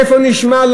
איפה נשמע,